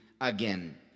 again